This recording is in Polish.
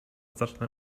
zacznę